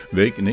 week